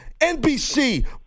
NBC